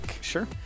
Sure